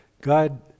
God